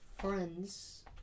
friends